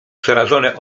przerażone